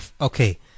okay